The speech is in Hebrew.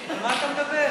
על מה אתה מדבר?